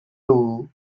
too